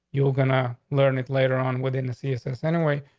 you're gonna learn it later on within the c s s anyway.